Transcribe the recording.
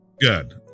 good